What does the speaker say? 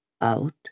Out